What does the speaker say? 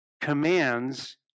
commands